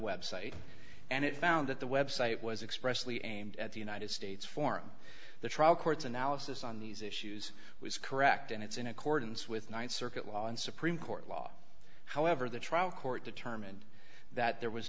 website and it found that the website was expressly aimed at the united states form the trial court's analysis on these issues was correct and it's in accordance with th circuit law and supreme court law however the trial court determined that there was